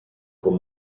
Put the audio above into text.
con